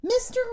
Mr